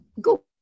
go